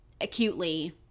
acutely